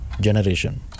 Generation